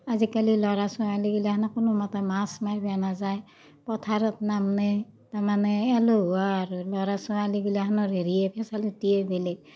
আজিকালি ল'ৰা ছোৱালীগিলাখানক কোনো মতে মাছ মাৰিব নাযায় পথাৰত নামনে তাৰমানে এলেহুৱা আৰু ল'ৰা ছোৱালীগিলাখনৰ হেৰিয়ে ফেচেলিটীয়ে বেলেগ